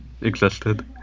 existed